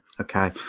Okay